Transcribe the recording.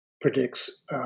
predicts